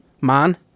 Man